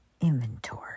inventory